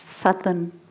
southern